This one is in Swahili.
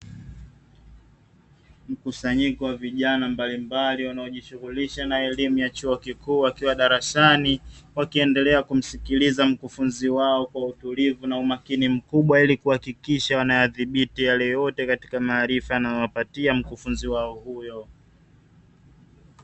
Mkusanyiko wa vijana mbalimbali wanaojishughulisha na elimu ya chuo kikuu wakiwa darasani, wakiendelea kumsikiliza mkufunzi wao kwa utulivu na umakini mkubwa, ili kuhakikisha wanayadhibiti yale yote katika maarifa anayowapatia mkufunzi wao huyo.